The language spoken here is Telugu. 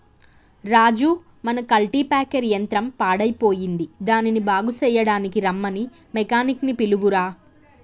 రాజు మన కల్టిప్యాకెర్ యంత్రం పాడయ్యిపోయింది దానిని బాగు సెయ్యడానికీ రమ్మని మెకానిక్ నీ పిలువురా